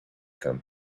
them